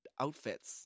outfits